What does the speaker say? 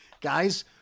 Guys